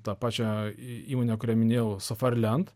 ta pačią įmonę kurią minėjau safarlent